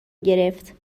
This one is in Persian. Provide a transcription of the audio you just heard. گرفت